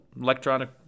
Electronic